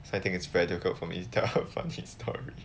so I think it's very difficult for me to tell a funny story